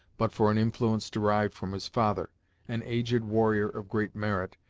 but for an influence derived from his father an aged warrior of great merit,